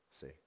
See